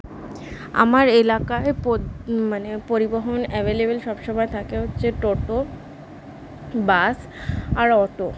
আমার এলাকায় পো মানে পরিবহন অ্যাভেলেবেল সব সময় থাকে হচ্ছে টোটো বাস আর অটো